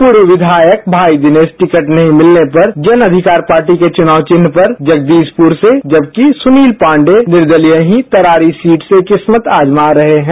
पूर्व विधायक भाई दिनेश टिकट नहीं मिलने पर जन अधिकार पार्टी के चुनाव चिह्न पर जगदीश पुर से जबकि सुनील पांडेय निर्दलीय ही तरारी सीट से किस्मत आजमा रहे हैं